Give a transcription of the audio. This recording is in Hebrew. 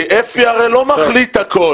כי אפי הרי לא מחליט הכול.